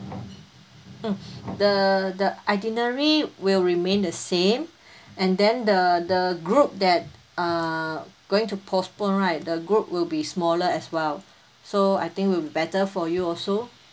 mm the the itinerary will remain the same and then the the group that err going to postpone right the group will be smaller as well so I think it would be better for you also